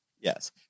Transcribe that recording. Yes